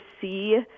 see